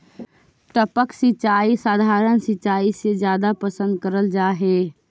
टपक सिंचाई सधारण सिंचाई से जादा पसंद करल जा हे